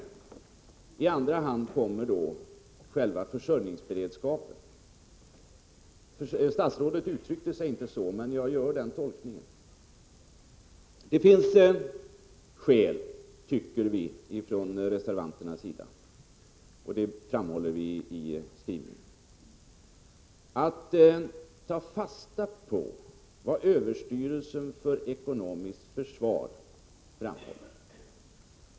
Först i andra hand kommer själva försörjningsberedskapen. Statsrådet uttryckte sig inte så, men jag gör den tolkningen. Reservanterna anser — som de framhåller i skrivningen — att det finns skäl att ta fasta på vad överstyrelsen för ekonomiskt försvar framhåller.